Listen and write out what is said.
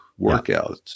workouts